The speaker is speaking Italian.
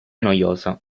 noiosa